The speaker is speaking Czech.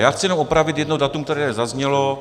Já chci jenom opravit jedno datum, které zaznělo.